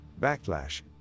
backlash